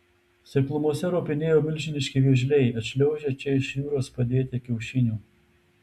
seklumose ropinėjo milžiniški vėžliai atšliaužę čia iš jūros padėti kiaušinių